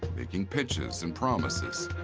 making pitches and promises.